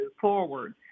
forward